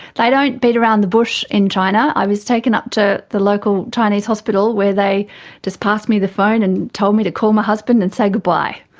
they don't beat around the bush in china. i was taken up to the local chinese hospital where they just passed me the phone and told me to call my husband and say goodbye.